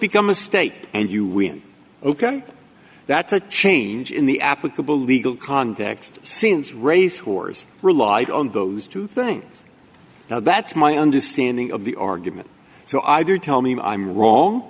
become a state and you win ok that's a change in the applicable legal context since race whores relied on those two things now that's my understanding of the argument so either tell me i'm wrong